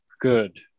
good